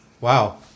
wow